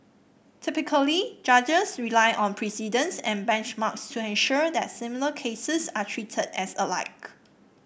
typically judges rely on precedents and benchmarks to ensure that similar cases are treated as alike